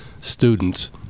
students